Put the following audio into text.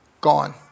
gone